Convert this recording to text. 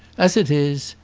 as it is,